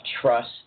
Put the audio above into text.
trust